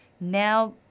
now